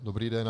Dobrý den.